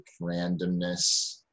randomness